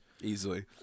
Easily